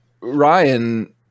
Ryan